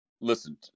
listen